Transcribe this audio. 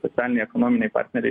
socialiniai ekonominiai partneriai